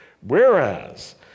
Whereas